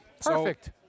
Perfect